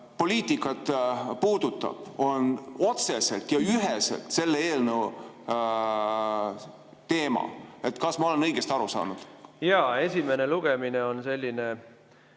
kliimapoliitikat puudutab, on otseselt ja üheselt selle eelnõu teema. Kas ma olen õigesti aru saanud? Jaa. Esimene lugemine on eelnõu